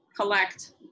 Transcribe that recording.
collect